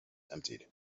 emptied